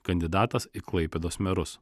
kandidatas į klaipėdos merus